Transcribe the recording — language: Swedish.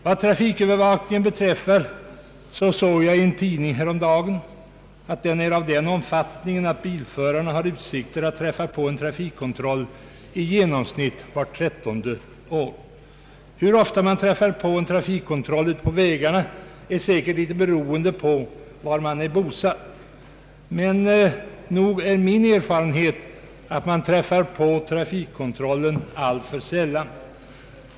Vad trafikövervakningen beträffar såg jag i en tidning häromdagen att den är av den omfattningen att bilförarna har utsikter att träffa på en trafikkontroll i genomsnitt vart trettonde år. Hur ofta man träffar på en trafikkontroll ute på vägarna är säkert till en del beroende på var man är bosatt, men nog är min erfarenhet att man träffar på trafikkontrollen alltför sällan.